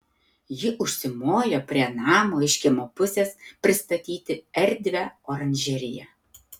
ji užsimojo prie namo iš kiemo pusės pristatyti erdvią oranžeriją